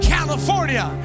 California